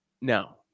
No